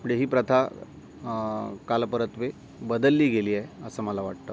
पुढे ही प्रथा कालपरत्वे बदलली गेली आहे असं मला वाटतं